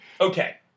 Okay